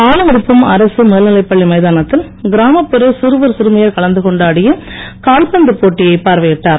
ஆலங்குப்பம் அரசு மேல்நிலைப் பள்ளி மைதானத்தில் இராமப்புற சிறுவர் சிறுமியர் கலந்து கொண்டு ஆடிய கால்பந்து போட்டியை பார்வையிட்டார்